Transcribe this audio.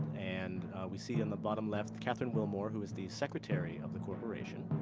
and we see in the bottom-left kathryn willmore, who is the secretary of the corporation.